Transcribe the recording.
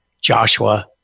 Joshua